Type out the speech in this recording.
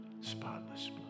spotless